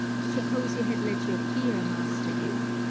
suppose you had let your fear master you.